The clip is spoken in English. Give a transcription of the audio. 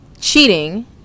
cheating